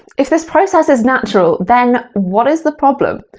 if this process is natural, then what is the problem?